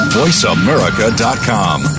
voiceamerica.com